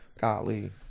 Golly